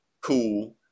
cool